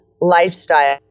lifestyle